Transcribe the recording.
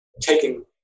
taking